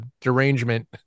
derangement